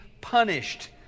punished